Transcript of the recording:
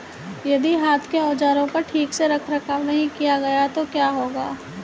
यदि हाथ के औजारों का ठीक से रखरखाव नहीं किया गया तो क्या होगा?